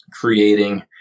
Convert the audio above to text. creating